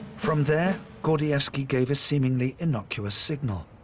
from there, gordievsky gave a seemingly innocuous signal,